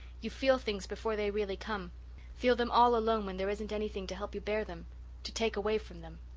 you feel things before they really come feel them all alone when there isn't anything to help you bear them to take away from them.